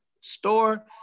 store